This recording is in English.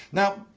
now,